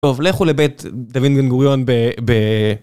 טוב, לכו לבית דוד גן גוריון ב...